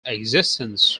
existence